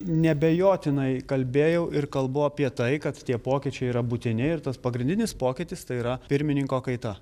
neabejotinai kalbėjau ir kalbu apie tai kad tie pokyčiai yra būtini ir tas pagrindinis pokytis tai yra pirmininko kaita